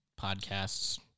podcasts